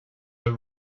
that